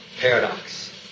Paradox